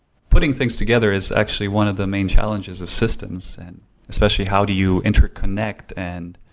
putting things together is actually one of the main challenges of systems and especially how do you interconnect and,